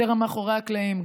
יותר מאחורי הקלעים,